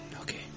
Okay